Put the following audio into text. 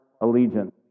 allegiance